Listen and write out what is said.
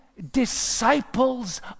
disciples